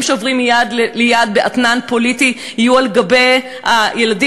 שעוברים מיד ליד באתנן פוליטי יהיו על גב הילדים,